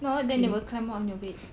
no then they will climb on your bed